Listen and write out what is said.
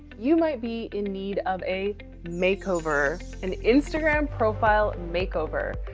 you might be in need of a makeover, an instagram profile makeover.